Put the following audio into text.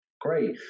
Great